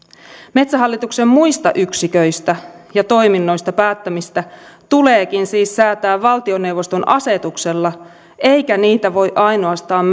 metsähallituksen muista yksiköistä ja toiminnoista päättämistä tuleekin siis säätää valtioneuvoston asetuksella eikä niitä voi ainoastaan